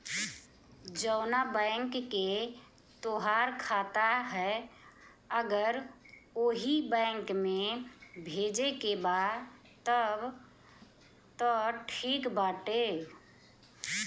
जवना बैंक के तोहार खाता ह अगर ओही बैंक में भेजे के बा तब त ठीक बाटे